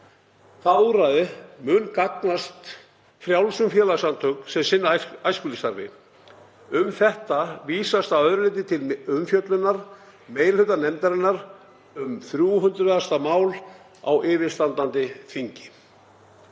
Það úrræði mun gagnast frjálsum félagasamtökum sem sinna æskulýðsstarfi. Um þetta vísast að öðru leyti til umfjöllunar meiri hluta nefndarinnar um 300. mál á yfirstandandi þingi.